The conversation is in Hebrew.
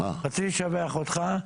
רציתי לשבח אותך,